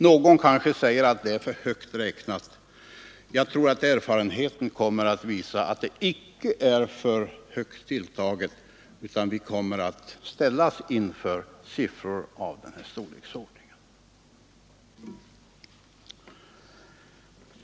Någon kanske säger att detta är för högt räknat. Jag tror att erfarenheten kommer att visa att det icke är för högt tilltaget, utan att vi kommer att ställas inför siffror av den här storleksordningen.